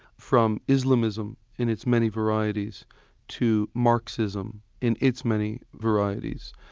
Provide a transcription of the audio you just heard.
from islamism in its many varieties to marxism in its many varieties,